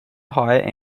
higher